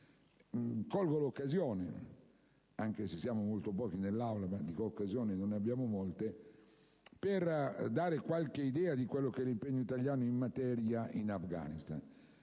Colgo l'occasione - anche se siamo molto pochi in Aula, ma di occasioni non ne abbiamo molte - per dare qualche idea di quello che è l'impegno italiano in materia in Afghanistan.